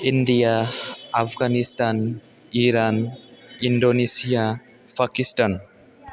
India Afghanistan Iran Indonesia Pakistan